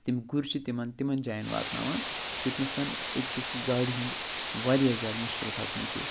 تِم گُرۍ چھِ تِمَن تِمَن جایَن واتٕناوان یوٚت نَسَن أکِس گاڑِ ہُنٛد واریاہ زیادٕ مُشکِل کھسُن چھِ